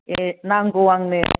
ए नांगौ आंनो